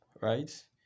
right